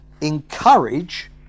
encourage